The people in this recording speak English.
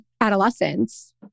adolescents